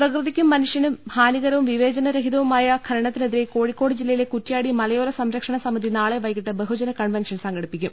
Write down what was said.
പ്രകൃതിക്കും മനുഷ്യനും ഹാനികര്വും വിവേചന രഹിതവുമാ യ ഖനനത്തിനെതിരെ കോഴിക്കോട് ജില്ലയിലെ കുറ്റ്യാടി മലയോ ര സംരക്ഷണ സമിതി നാളെ വൈകീട്ട് ബഹുജന കൺവൻഷൻ സംഘടിപ്പിക്കും